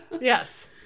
Yes